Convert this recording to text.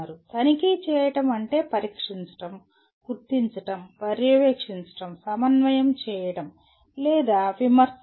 తనిఖీ చేయడం అంటే పరీక్షించడం గుర్తించడం పర్యవేక్షించడం సమన్వయం చేయడం లేదా విమర్శించడం